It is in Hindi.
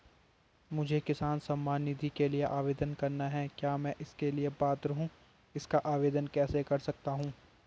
मुझे किसान सम्मान निधि के लिए आवेदन करना है क्या मैं इसके लिए पात्र हूँ इसका आवेदन कैसे कर सकता हूँ?